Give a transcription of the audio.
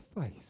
face